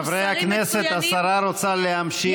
חברי הכנסת, השרה רוצה להמשיך להשיב.